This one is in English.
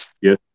Yes